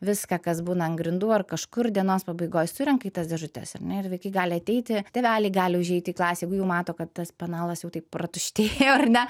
viską kas būna ant grindų ar kažkur dienos pabaigoj surenka į tas dėžutes ar ne ir vaikai gali ateiti tėveliai gali užeiti į klasę jeigu mato kad tas penalas jau taip pratuštėjo ar ne